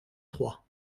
trois